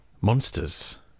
monsters